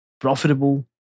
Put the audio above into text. profitable